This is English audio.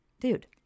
Dude